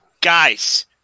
guys